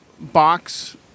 box